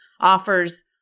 offers